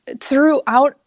throughout